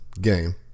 game